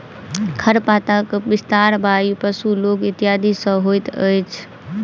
खरपातक विस्तार वायु, पशु, लोक इत्यादि सॅ होइत अछि